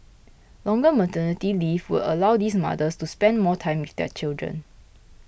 longer maternity leave would allow these mothers to spend more time with their children